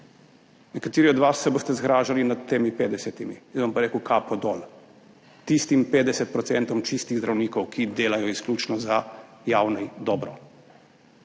Nekateri od vas se boste zgražali nad temi 50 %, jaz bom pa rekel, kapo dol tistim 50 % čistih zdravnikov, ki delajo izključno za javno dobro.